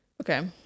Okay